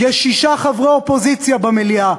יש שישה חברי אופוזיציה במליאה,